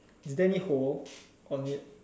is there any hole on it